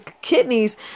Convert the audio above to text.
kidneys